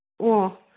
ꯑꯣ